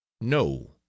No